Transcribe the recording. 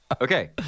Okay